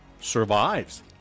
Survives